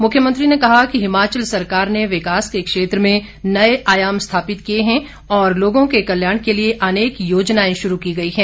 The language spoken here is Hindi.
मुख्यमंत्री ने कहा कि हिमाचल सरकार ने विकास के क्षेत्र में नए आयाम स्थापित किए हैं और लोगों के कल्याण के लिए अनेक योजनाएं शुरू की गई हैं